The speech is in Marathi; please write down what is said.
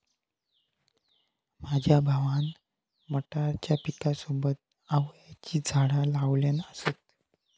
माझ्या भावान मटारच्या पिकासोबत आवळ्याची झाडा लावल्यान असत